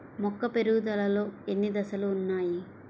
మొక్క పెరుగుదలలో ఎన్ని దశలు వున్నాయి?